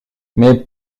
mais